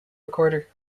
recorder